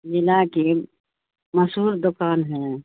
ضلع کی مشہور دکان ہے